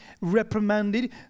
reprimanded